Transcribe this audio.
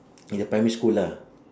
in the primary school lah